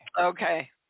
okay